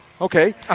Okay